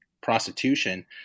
prostitution